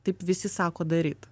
taip visi sako daryt